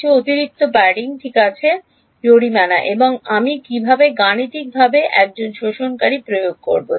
কিছু অতিরিক্ত প্যাডিং ঠিক আছে জরিমানা এবং আমি কীভাবে গাণিতিকভাবে একজন শোষণকারী প্রয়োগ করব